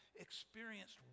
experienced